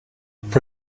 for